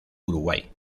uruguay